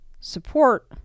support